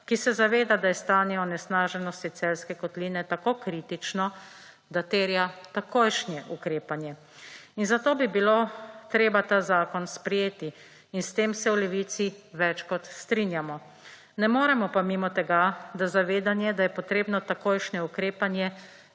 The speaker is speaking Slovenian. ki se zaveda, da je stanje onesnaženosti Celjske kotline tako kritično, da terja takojšnje ukrepanje. In zato bi bilo treba ta zakon sprejeti in s tem se v Levici več kot strinjamo. Ne moremo pa mimo tega, da zavedanje, da je potrebno takojšnje ukrepanje,